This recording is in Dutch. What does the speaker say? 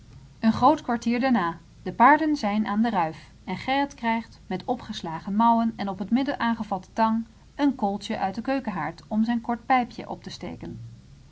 een groot kwartier daarna de paarden zijn aan de ruif en gerrit krijgt met opgeslagen mouwen en op de midden aangevatte tang een kooltjen uit den keukenhaard om zijn kort pijpjen op te steken